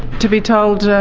to be told,